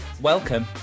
welcome